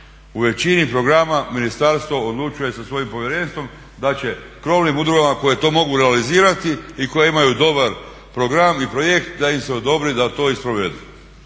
U većini programa ministarstvo odlučuje sa svojim povjerenstvom da će krovnim udrugama koje to mogu realizirati i koje imaju dobar program i projekt da im se odobri da to i sprovedu.